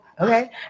okay